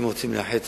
אם רוצים לאחד,